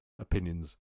Opinions